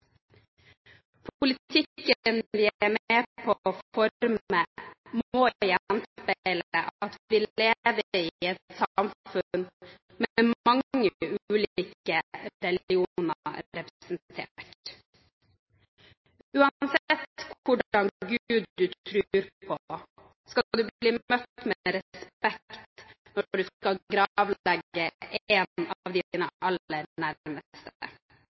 Politikken vi er med på å forme, må gjenspeile at vi lever i et samfunn med mange ulike religioner representert. Uansett hvilken gud du tror på, skal du bli møtt med respekt når du skal gravlegge en av dine aller